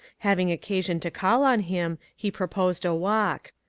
having occasion to call on him, he proposed a walk.